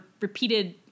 repeated